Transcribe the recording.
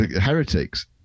heretics